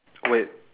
wait